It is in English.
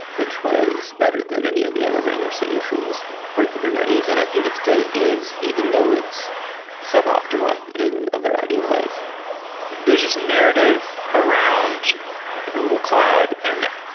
which was better than any of the other managed solutions for kubernetes. and i think it still is even though it's suboptimal in a variety of ways this is narrative around google cloud, and,